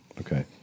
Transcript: Okay